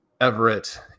Everett